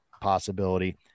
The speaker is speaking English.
possibility